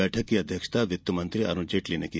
बैठक की अध्यक्षता वित्ती मंत्री अरूण जेटली ने की